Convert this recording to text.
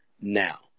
now